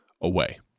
away